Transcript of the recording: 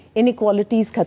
inequalities